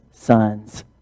son's